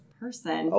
person